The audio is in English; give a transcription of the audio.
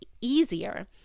easier